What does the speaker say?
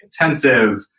intensive